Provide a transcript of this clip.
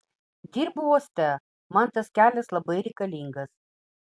dirbu uoste man tas kelias labai reikalingas